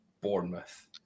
Bournemouth